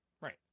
Right